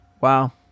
Wow